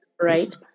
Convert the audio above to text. right